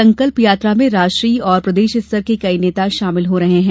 संकल्प यात्रा में राष्ट्रीय और प्रदेश स्तर के कई नेता शामिल हो रहे हैं